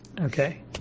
Okay